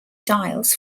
dials